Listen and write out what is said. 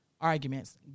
arguments